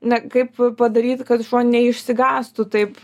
na kaip padaryt kad šuo neišsigąstų taip